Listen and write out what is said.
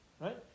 right